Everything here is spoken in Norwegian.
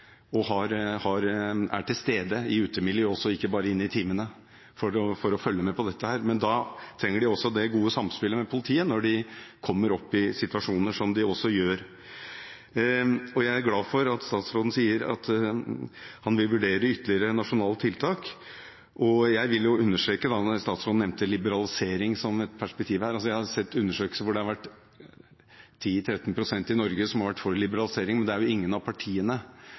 skoler har tatt initiativ. Rektor på Bjørnholt skole i Søndre Nordstrand bydel i Oslo fortalte i går at nå er lærerne der ute i området rundt skolen i hvert frikvarter. De er til stede i utemiljøet for å følge med på dette. Men da trenger de også et godt samspill med politiet når de kommer opp i situasjoner, noe de også gjør. Jeg er glad for at statsråden sier at han vil vurdere ytterligere nasjonale tiltak. Jeg vil understreke, når statsråden nevnte liberalisering som et perspektiv her, at jeg har sett undersøkelser som har vist at 10–13 pst. i Norge har vært for liberalisering, men det